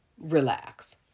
Relax